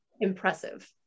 impressive